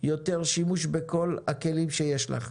יותר שימוש בכל הכלים שיש לך.